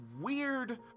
weird